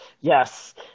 Yes